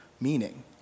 meaning